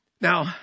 Now